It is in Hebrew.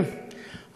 אך באותה עת,